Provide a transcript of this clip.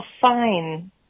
fine